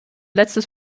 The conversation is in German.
letztes